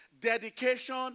dedication